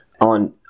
on